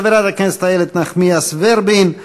חברת הכנסת איילת נחמיאס ורבין,